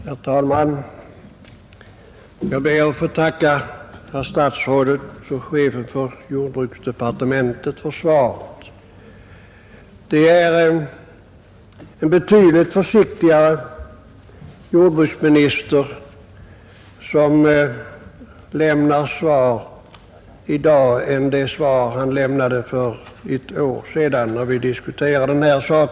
Herr talman! Jag ber att få tacka herr statsrådet och chefen för jordbruksdepartementet för svaret. Det är en betydligt försiktigare jordbruksminister, som lämnar svar i dag. Också för ett år sedan lämnade han nämligen ett svar i denna fråga, som diskuterades av oss.